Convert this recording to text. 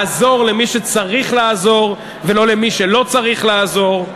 לעזור למי שצריך לעזור ולא למי שלא צריך לעזור.